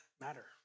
matter